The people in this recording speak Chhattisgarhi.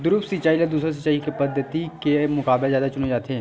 द्रप्स सिंचाई ला दूसर सिंचाई पद्धिति के मुकाबला जादा चुने जाथे